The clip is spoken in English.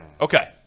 Okay